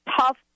tough